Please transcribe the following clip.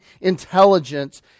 intelligence